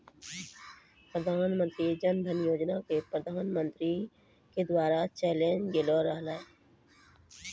प्रधानमन्त्री जन धन योजना के प्रधानमन्त्री मोदी के द्वारा चलैलो गेलो रहै